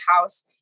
house